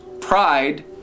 pride